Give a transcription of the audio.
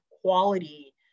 quality